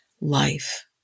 life